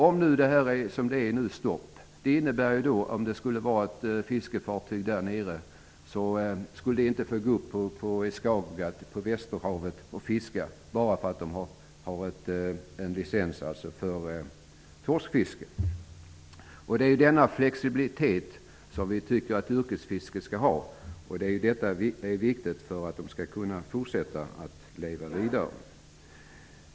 Om det skulle vara slut på torsken, innebär detta förslag att det fartyget inte får gå upp i Skagerrak och fiska enbart därför att fartyget har licens för torskfiske. Vi tycker att yrkesfisket skall ha denna flexibilitet. Det är viktigt för att yrkesfisket skall kunna leva vidare.